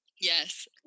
Yes